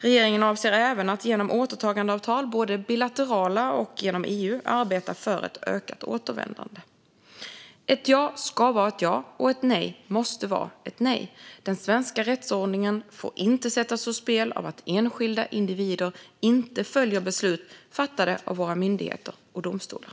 Regeringen avser även att genom återtagandeavtal, både bilaterala och genom EU, arbeta för ett ökat återvändande. Ett ja ska vara ett ja, och ett nej måste vara ett nej. Den svenska rättsordningen får inte sättas ur spel av att enskilda individer inte följer beslut fattade av våra myndigheter och domstolar.